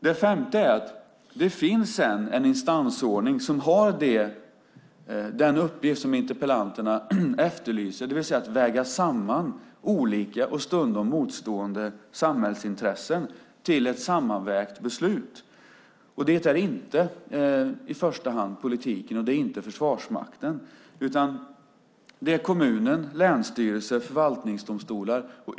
För det femte finns det en instansordning som har den uppgift som interpellanten och meddebattörerna efterlyser, det vill säga att väga samman olika och stundom motstående samhällsintressen till ett sammanvägt beslut. Det är inte i första hand politiken som gör det, inte heller Försvarsmakten, utan kommuner, länsstyrelser och förvaltningsdomstolar.